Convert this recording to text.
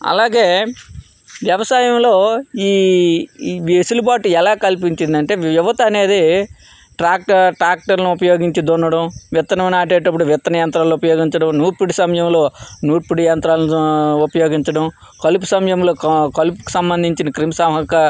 అలాగే వ్యవసాయంలో ఈ ఈ వెసులుబాటు ఎలా కల్పించిందంటే యువత అనేది ట్రాక్టర్ ట్రాక్టర్లను ఉపయోగించి దున్నడం విత్తనం నాటేటప్పుడు విత్తన యంత్రాలు ఉపయోగించడం నూర్పిడి సమయంలో నూర్పిడి యంత్రాలను ఉపయోగించడం కలుపు సమయంలో కలుపుకి సంబంధించిన క్రిము సంహారక